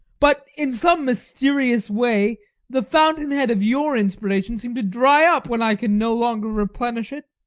but in some mysterious way the fountainhead of your inspiration seemed to dry up when i could no longer replenish it